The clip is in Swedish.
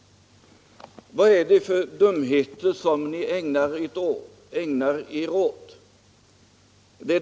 Vad är det för dumheter som ni ägnar er åt?